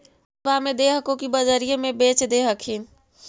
पैक्सबा मे दे हको की बजरिये मे बेच दे हखिन?